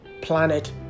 planet